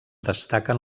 destaquen